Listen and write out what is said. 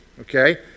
okay